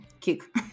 kick